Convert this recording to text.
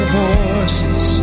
voices